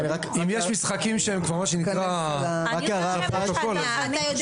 אם יש משחקים שהם כבר --- אני חושבת שאתה